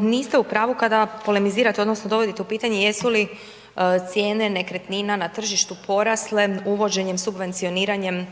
niste u pravu kada polemizirate odnosno dovodite u pitanje jesu li cijene nekretnina na tržištu porasle uvođenjem subvencioniranjem